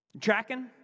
Tracking